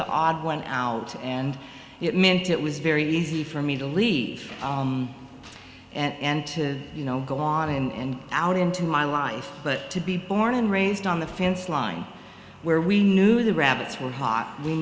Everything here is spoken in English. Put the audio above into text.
the odd one out and it meant it was very easy for me to leave and to you know go on and out into my life but to be born and raised on the fence line where we knew the rabbits were hot we